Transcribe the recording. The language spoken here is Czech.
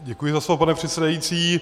Děkuji za slovo, pane předsedající.